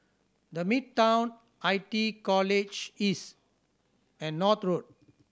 The Midtown I T E College East and North Road